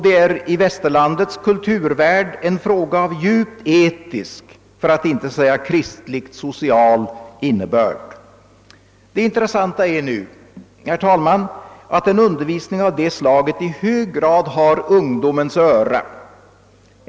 Det är i västerlandets kulturvärld en fråga av djupt etisk för att inte säga kristlig-social innebörd. Det intressanta är nu, herr talman, att en undervisning av det slaget i hög grad har ungdomens öra.